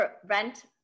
prevent